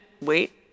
wait